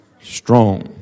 Strong